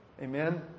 Amen